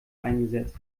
eingesetzt